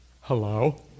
Hello